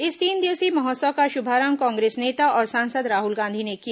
इस तीन दिवसीय महोत्सव का शुभारंभ कांग्रेस नेता और सांसद राहुल गांधी ने किया